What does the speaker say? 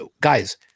guys